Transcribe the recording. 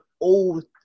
old